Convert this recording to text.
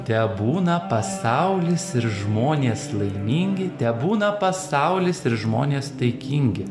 tebūna pasaulis ir žmonės laimingi tebūna pasaulis ir žmonės taikingi